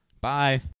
Bye